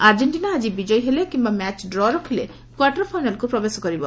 Argentina ଆକି ବିଜୟୀ ହେଲେ କିମ୍ଘା ମ୍ୟାଚ୍ ଡ୍ର ରଖିଲେ କ୍ୱାଟିର୍ ଫାଇନାଲ୍କୁ ପ୍ରବେଶ କରିବ